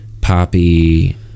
poppy